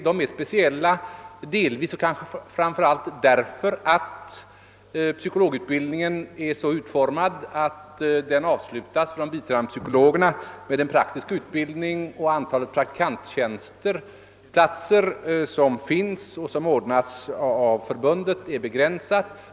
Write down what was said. De är speciella, kanske framför allt därför att psykologutbildningen är så utformad, att den för de biträdande psykologerna avslutas med en praktisk utbildning, och antalet praktikantplatser som finns och som ställs till förfogande av för bundet är begränsat.